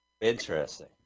Interesting